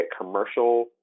commercial